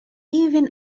even